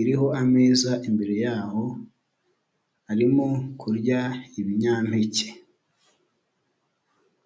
iriho ameza imbere yaho, arimo kurya ibinyampeke.